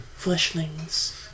Fleshlings